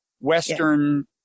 Western